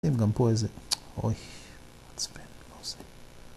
אם גם פה איזה... אוי, מעצבן...